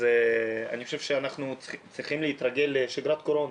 אני חושב שאנחנו צריכים להתרגל לשגרת קורונה.